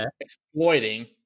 exploiting